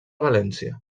valència